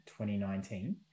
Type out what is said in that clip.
2019